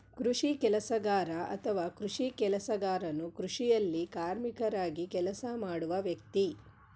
ಕೃಷಿ ಕೆಲಸಗಾರ ಅಥವಾ ಕೃಷಿ ಕೆಲಸಗಾರನು ಕೃಷಿಯಲ್ಲಿ ಕಾರ್ಮಿಕರಾಗಿ ಕೆಲಸ ಮಾಡುವ ವ್ಯಕ್ತಿ